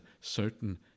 certain